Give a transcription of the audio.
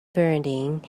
burning